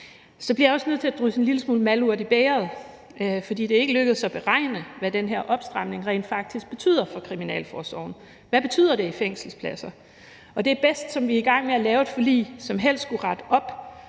Så bliver jeg også nødt til at drysse en lille smule malurt i bægeret, for det er ikke lykkedes at beregne, hvad den her opstramning rent faktisk betyder for kriminalforsorgen. Hvad betyder det for antallet af fængselspladser? Og bedst som vi er i gang med at lave et forlig, som helst skulle rette op